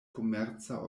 komerca